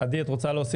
עדי, בבקשה.